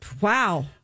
Wow